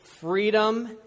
freedom